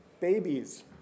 babies